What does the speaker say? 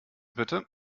bitte